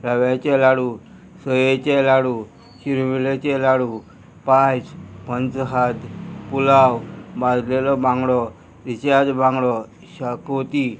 रव्याचे लाडू सोयेचे लाडू शिरमिलेचे लाडू पांय पंचहाद पुलाव बाजलेलो बांगडो रिचाद बांगडो शाकोती